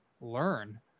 learn